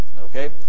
Okay